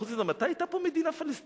חוץ מזה, מתי היתה פה מדינה פלסטינית?